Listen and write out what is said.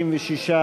36,